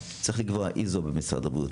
צריך לקבוע "איזו" במשרד הבריאות,